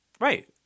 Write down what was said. Right